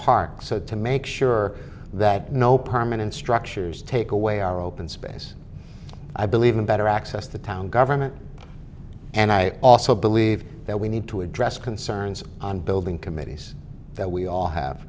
park so to make sure that no permanent structures take away our open space i believe in better access the town government and i also believe that we need to address concerns on building committees that we all have